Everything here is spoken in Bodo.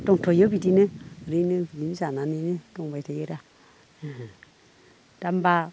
दंथ'यो बिदिनो ओरैनो जानानैनो दंबाय थायो दा दा होमब्ला